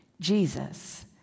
Jesus